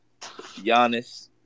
Giannis